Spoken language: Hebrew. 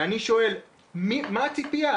אני שואל מה הציפייה?